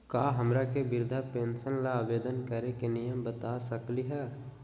का हमरा के वृद्धा पेंसन ल आवेदन करे के नियम बता सकली हई?